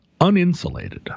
uninsulated